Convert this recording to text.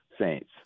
Saints